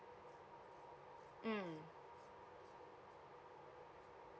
mm